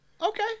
Okay